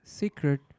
secret